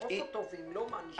לדחוף אותו, ואם לא מענישים?